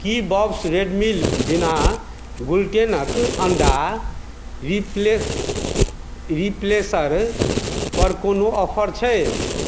की Bob's red mill बिना ग्लुटेनक अंडा रिप्लेसर पर कोनो ऑफर छै